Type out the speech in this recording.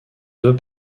deux